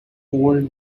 old